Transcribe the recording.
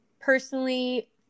personally